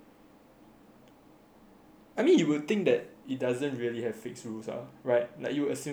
I mean you will think that it doesn't really have fixed rules ah right then you were saying maybe doesn't have fixed rules